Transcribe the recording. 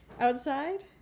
outside